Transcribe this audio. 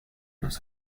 nos